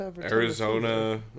Arizona